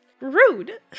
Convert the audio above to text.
rude